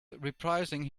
reprising